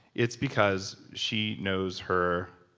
it's because she knows her